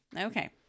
Okay